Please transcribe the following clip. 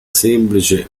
semplice